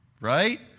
Right